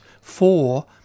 four